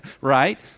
right